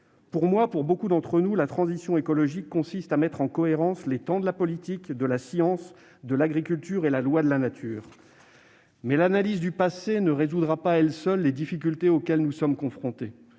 Pour moi, pour beaucoup d'entre nous, la transition écologique consiste à mettre en cohérence les temps de la politique, de la science et de l'agriculture avec la loi de la nature ; mais l'analyse du passé ne résoudra pas, à elle seule, les difficultés auxquelles nous sommes confrontés.